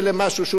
תודה רבה,